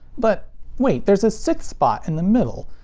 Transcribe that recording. but wait. there's a sixth spot in the middle.